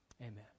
Amen